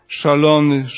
szalony